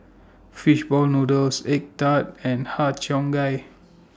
Fish Ball Noodles Egg Tart and Har Cheong Gai